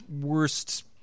worst